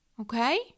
Okay